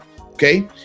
Okay